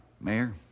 Mayor